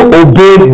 obey